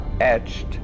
etched